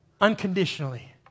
unconditionally